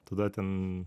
tada ten